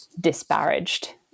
disparaged